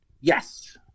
yes